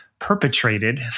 Perpetrated